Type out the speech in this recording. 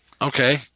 Okay